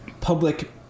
public